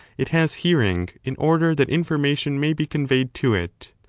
it has hearing in order that information may be conveyed to it,